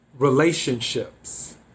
Relationships